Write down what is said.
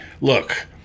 look